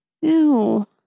Ew